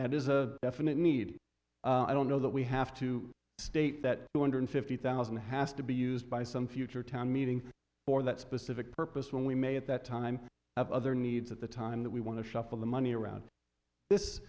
and is a definite need i don't know that we have to state that one hundred fifty thousand has to be used by some future town meeting for that specific purpose when we may at that time of other needs at the time that we want to shuffle the money around this